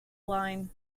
line